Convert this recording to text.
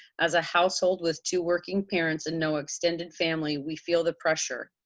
as a household with two working parents and no extended family, we feel the pressure.